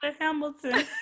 Hamilton